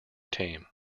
team